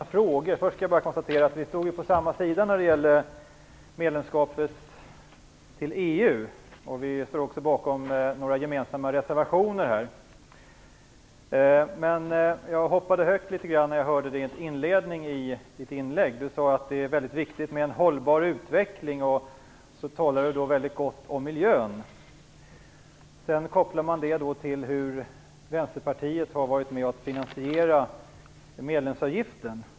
Herr talman! Först vill jag konstatera att vi stod på samma sida när det gällde medlemskapet i EU, och vi står också bakom några gemensamma reservationer här. Men jag hoppade högt när jag hörde inledningen i Maggie Mikaelssons inlägg. Hon sade att det är väldigt viktigt med en hållbar utveckling och talade gott om miljön. Sedan kopplar man det till hur Vänsterpartiet har varit med på att finansiera medlemsavgiften.